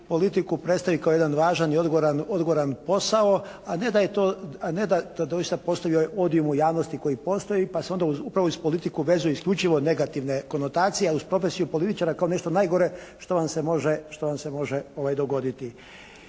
doista postoji jedan …/Govornik se ne razumije./… u javnosti koji postoji, pa se onda upravo uz politiku vezuje isključivo negativne konotacije a uz profesiju političara kao nešto najgore što vam se može dogoditi.